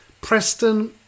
Preston